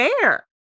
fair